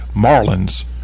Marlins